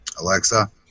alexa